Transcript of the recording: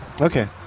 Okay